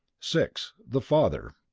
six. the father.